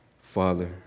Father